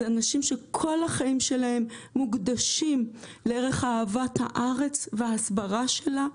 זה אנשים שכל החיים שלהם מוקדשים לערך אהבת הארץ וההסברה שלה.